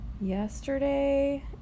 yesterday